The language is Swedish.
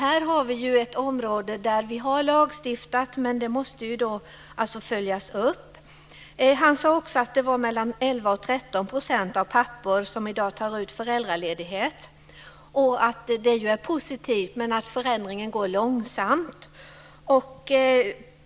Här har vi ett område där vi har lagstiftat, men det måste följas upp. Han sade också att 11-13 % av papporna i dag tar ut föräldraledighet. Det är ju positivt, men förändringen går långsamt.